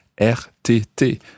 RTT